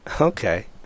Okay